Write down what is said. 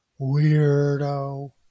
Weirdo